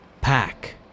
pack